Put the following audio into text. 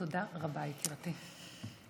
תודה רבה, יקירתי.